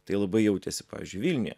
tai labai jautėsi pavyzdžiui vilniuje